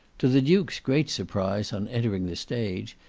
to the duke's great surprise on entering the stage,